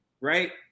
right